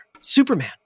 Superman